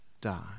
die